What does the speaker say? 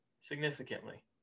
significantly